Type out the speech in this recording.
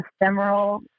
ephemeral